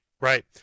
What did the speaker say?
Right